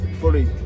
fully